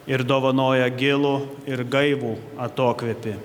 ir dovanoja gilų ir gaivų atokvėpį